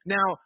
Now